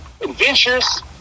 adventures